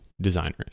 designers